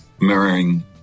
mirroring